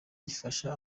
gufasha